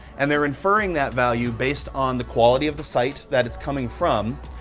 and they're inferring that value based on the quality of the site that it's coming from,